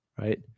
right